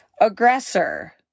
aggressor